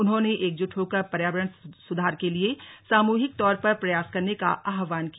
उन्होंने एकजुट होकर पर्यावरण सुधार के लिए सामूहिक तौर पर प्रयास करने का आह्वान किया